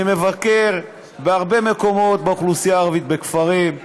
אני מבקר בהרבה מקומות באוכלוסייה הערבית, בכפרים,